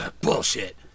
bullshit